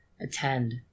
Attend